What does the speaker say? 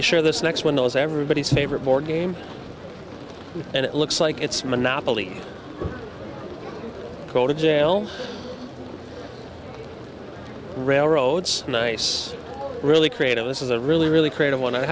sure this next one knows everybody's favorite board game and it looks like it's monopoly go to jail railroad's nice really creative this is a really really creative one i